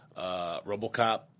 Robocop